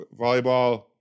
volleyball